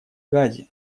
газе